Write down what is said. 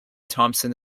thompson